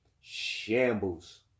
Shambles